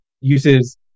Uses